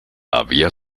había